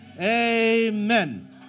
Amen